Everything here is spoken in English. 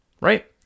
Right